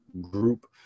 group